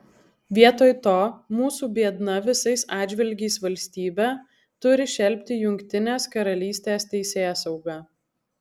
vietoj to mūsų biedna visais atžvilgiais valstybė turi šelpti jungtinės karalystės teisėsaugą